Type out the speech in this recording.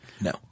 No